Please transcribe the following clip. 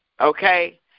okay